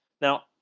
Now